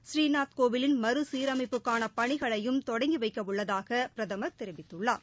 ஸ்ரீநாத் கோவிலின் மறுசீரமைப்புக்கான பணிகளையும் தொடங்கி வைக்க உள்ளதாக பிரதமர் தெரிவித்துள்ளார்